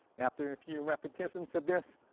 after a few repetitions of this,